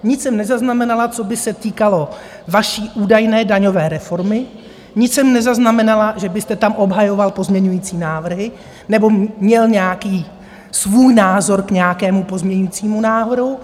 Nic jsem nezaznamenala, co by se týkalo vaší údajné daňové reformy, nic jsem nezaznamenala, že byste tam obhajoval pozměňovací návrhy nebo měl nějaký svůj názor k nějakému pozměňovacímu návrhu.